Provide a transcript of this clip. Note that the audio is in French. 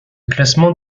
classement